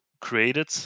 created